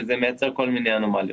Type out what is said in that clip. וזה מייצר כל מיני אנומליות.